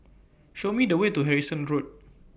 Show Me The Way to Harrison Road